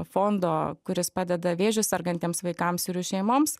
fondo kuris padeda vėžiu sergantiems vaikams ir jų šeimoms